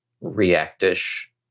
react-ish